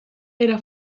era